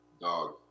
Dog